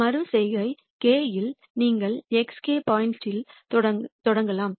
மறு செய்கை k இல் நீங்கள் xk பாயிண்ட்யில் தொடங்கலாம்